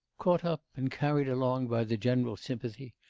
caught up and carried along by the general sympathy,